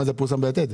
מה, זה פורסם ב'יתד'?